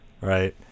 right